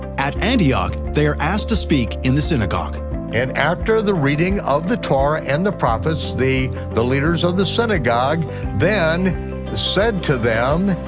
at antioch, they are asked to speak in the synagogue and after the reading of the torah and the prophets, the the leaders of the synagogue then said to them,